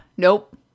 Nope